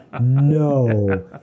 No